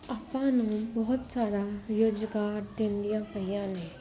ਆਪਾਂ ਨੂੰ ਬਹੁਤ ਸਾਰਾ ਰੁਜ਼ਗਾਰ ਦਿੰਦੀਆਂ ਪਈਆਂ ਨੇ